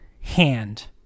hand